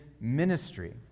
ministry